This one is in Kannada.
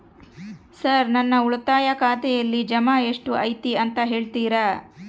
ಸರ್ ನನ್ನ ಉಳಿತಾಯ ಖಾತೆಯಲ್ಲಿ ಜಮಾ ಎಷ್ಟು ಐತಿ ಅಂತ ಹೇಳ್ತೇರಾ?